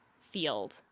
field